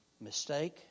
Mistake